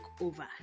over